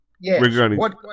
Yes